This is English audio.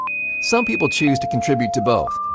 some people choose to contribute to both.